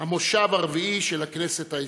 המושב הרביעי של הכנסת ה-20.